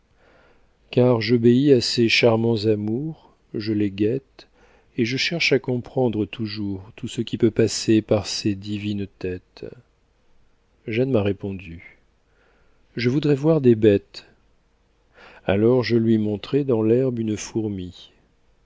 car j'obéis à ces charmants amours je les guette et je cherche à comprendre toujours tout ce qui peut passer par ces divines têtes jeanne m'a répondu je voudrais voir des bêt es alors je lui montrai dans l'herbe une fourmi